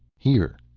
here.